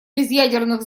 безъядерных